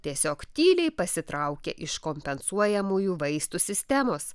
tiesiog tyliai pasitraukia iš kompensuojamųjų vaistų sistemos